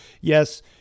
Yes